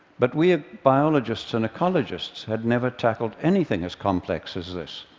but we biologists and ecologists had never tackled anything as complex as this.